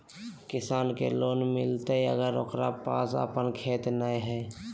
किसान के लोन मिलताय अगर ओकरा पास अपन खेत नय है?